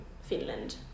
Finland